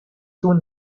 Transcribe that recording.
soon